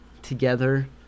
Together